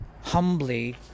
humbly